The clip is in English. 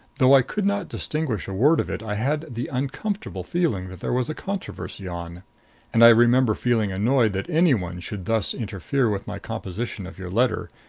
though i could not distinguish a word of it, i had the uncomfortable feeling that there was a controversy on and i remember feeling annoyed that any one should thus interfere with my composition of your letter,